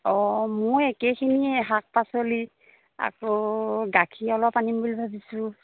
অঁ মোৰ একেখিনিয়ে শাক পাচলি আকৌ গাখীৰ অলপ আনিম বুলি ভাবিছোঁ